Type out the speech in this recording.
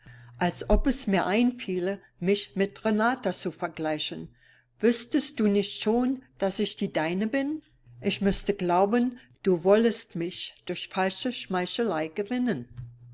als ob es mir einfiele mich mit renata zu vergleichen wüßtest du nicht schon daß ich die deine bin ich müßte glauben du wollest mich durch falsche schmeichelei gewinnen